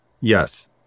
Yes